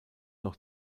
noch